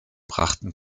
brachten